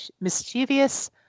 mischievous